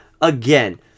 again